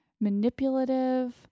manipulative